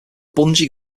bungee